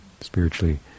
spiritually